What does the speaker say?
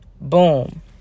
Boom